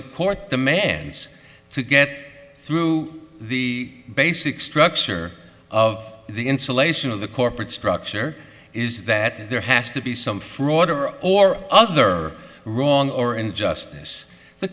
the court demands to get through the basic structure of the insulation of the corporate structure is that there has to be some fraud or or other wrong or in justice the